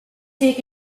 take